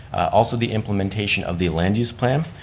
also the implementation of the land use plan.